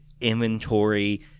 inventory